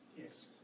Yes